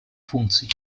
функций